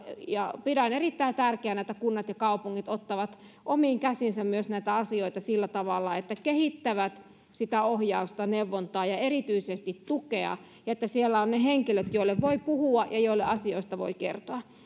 ja pidän erittäin tärkeänä että kunnat ja kaupungit ottavat näitä asioita myös omiin käsiinsä sillä tavalla että kehittävät sitä ohjausta neuvontaa ja erityisesti tukea ja että siellä on ne henkilöt joille voi puhua ja joille asioista voi kertoa